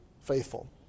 faithful